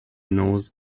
knows